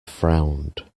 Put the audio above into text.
frowned